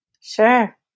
Sure